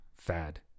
Fad